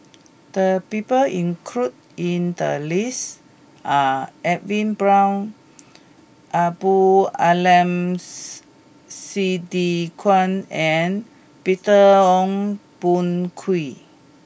the people included in the list are Edwin Brown Abdul Aleem Siddique and Peter Ong Boon Kwee